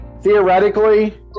Theoretically